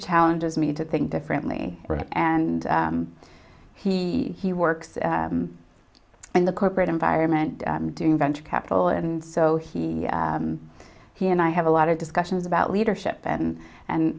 challenges me to think differently and he he works in the corporate environment doing venture capital and so he he and i have a lot of discussions about leadership and and